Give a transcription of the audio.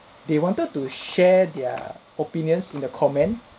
they wanted to share their opinions in the comment